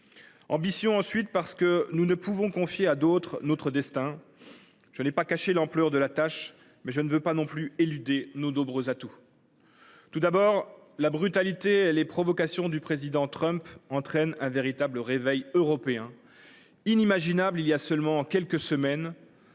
Ambition, ensuite, car nous ne pouvons confier à d’autres pays notre destin. Je n’ai pas caché l’ampleur de la tâche, mais je ne veux pas non plus éluder nos nombreux atouts. La brutalité et les provocations du président Trump entraînent un véritable réveil européen, encore inimaginable il y a seulement quelques semaines.